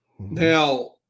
Now